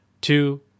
two